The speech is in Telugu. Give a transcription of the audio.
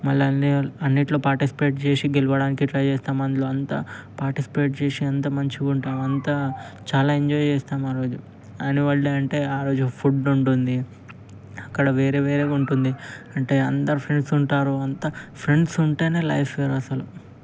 మళ్ళా అన్ని అన్నిట్లో పాటిస్పేట్ చేసి గెలవడానికి ట్రై చేస్తాము అందులో అంత పాటిస్పేట్ చేసి అంతా మంచిగా ఉంటాము అంతా చాలా ఎంజాయ్ చేస్తాము ఆరోజు యాన్యువల్ డే అంటే ఆరోజు ఫుడ్డు ఉంటుంది అక్కడ వేరే వేరేగా ఉంటుంది అంటే అంతా ఫ్రెండ్స్ ఉంటారు అంతా ఫ్రెండ్స్ ఉంటే లైఫ్ కదా అసలు